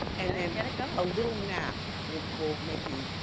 and and get it going. a little nap will make you.